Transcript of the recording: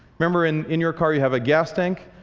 remember in in your car you have a gas tank.